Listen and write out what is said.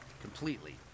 completely